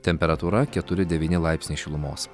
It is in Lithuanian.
temperatūra keturi devyni laipsniai šilumos